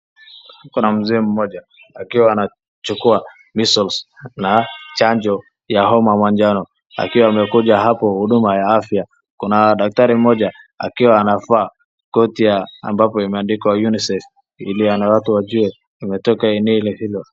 Kuna mzee mmoja akiwa anachukua measles na chanjo ya homa majano akiwa amekuja hapo huduma ya afya kuna daktari mmoja kiwa anavaa koti ya ambapo imeandikwa UNICEF ili na watu wajue imetoka eneo hilo.